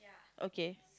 okay